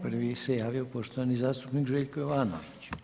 Prvi se javio poštovani zastupnik Željko Jovanović.